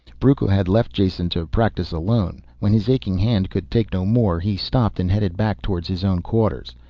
brucco had left jason to practice alone. when his aching hand could take no more, he stopped and headed back towards his own quarters.